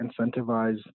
incentivize